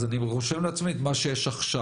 אז אני רושם לעצמי את מה שיש עכשיו.